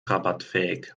rabattfähig